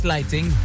Lighting